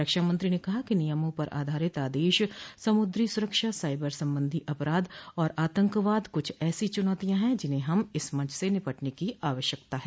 रक्षा मंत्री ने कहा कि नियमों पर आधारित आदेश समुद्री सुरक्षा साइबर संबंधित अपराध और आतंकवाद कुछ ऐसी चुनौतियां हैं जिन्हें हमें इस मंच से निपटने की आवश्यकता है